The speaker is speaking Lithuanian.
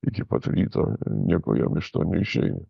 iki pat ryto nieko jam iš to neišeina